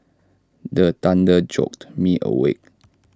the thunder jolt me awake